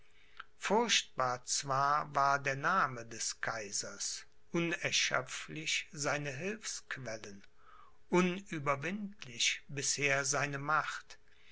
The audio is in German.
furchtbar zwar war der name des kaisers unerschöpflich seine hilfsquellen unüberwindlich bisher seine macht